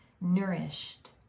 nourished